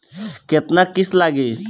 केतना किस्त लागी?